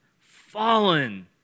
fallen